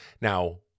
Now